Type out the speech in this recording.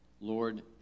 Lord